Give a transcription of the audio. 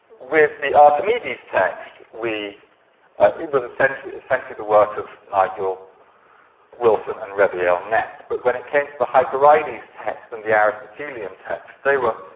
with the archimedes text, ah it was essentially essentially the work of nigel wilson and reviel netz. but when it came to the hypereides text and the aristotelian text, they were